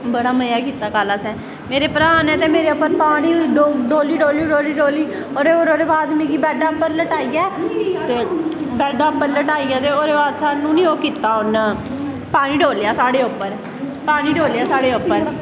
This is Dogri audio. बड़ा मज़ा कीता कल असैं मेरे भ्राह् ने ते मेरे उप्पर पानी डोह्ली डोह्ली डोह्ली और ओह्दै बाद बैडै पर लटाइयै बैडै पर लटाइयै नी ओह् कीता उन्न पानी डोह्लेआ साढ़े उप्पर पानी डोह्लेआ साढ़े उप्पर